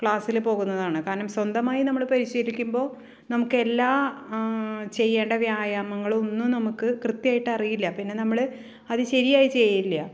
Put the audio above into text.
ക്ലാസിൽ പോകുന്നതാണ് കാരണം സ്വന്തമായി നമ്മൾ പരിശീലിക്കുമ്പോൾ നമുക്ക് എല്ലാം ചെയ്യേണ്ട വ്യായാമങ്ങളൊന്നും നമുക്ക് കൃത്യായിട്ട് അറിയില്ല പിന്നെ നമ്മൾ അത് ശരിയായി ചെയ്യില്ല